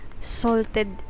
salted